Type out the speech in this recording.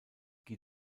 ski